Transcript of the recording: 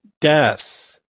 death